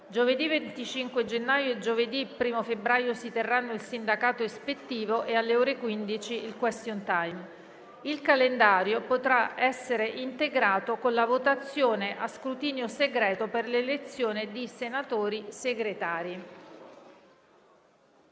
Giovedì 25 gennaio e giovedì 1° febbraio si terranno il sindacato ispettivo e, alle ore 15, il *question time*. Il calendario potrà essere integrato con la votazione a scrutinio segreto per l'elezione di senatori Segretari.